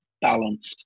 balanced